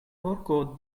porko